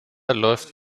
läuft